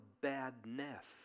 badness